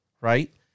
right